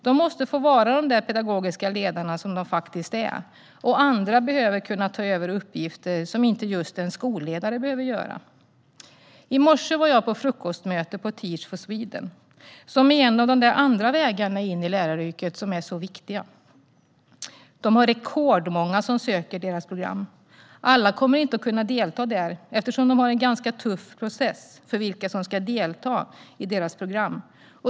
De måste få vara de pedagogiska ledare som de faktiskt är. Andra behöver kunna ta över uppgifter som inte just en skolledare behöver göra. I morse var jag på frukostmöte hos Teach for Sweden - det är en av de där andra vägarna in i läraryrket, som är så viktiga. Det är rekordmånga som söker deras program. Alla kommer inte att kunna delta där eftersom de har en ganska tuff process när det gäller vilka som ska delta i deras program.